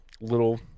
little